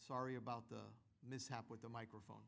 sorry about the mishap with the microphone